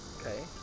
Okay